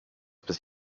bis